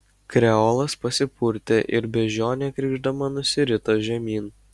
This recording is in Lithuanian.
kreolas pasipurtė ir beždžionė krykšdama nusirito žemyn